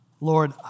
Lord